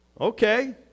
Okay